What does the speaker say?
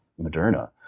Moderna